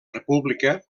república